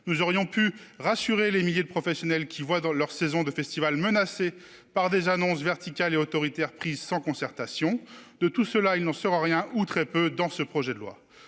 Nous aurions pu rassurer les milliers de professionnels qui voient leur saison de festivals menacée par des annonces verticales et autoritaires prises sans concertation. De tout cela, il n'y a rien, ou très peu, dans ce projet de loi.